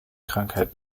krankheit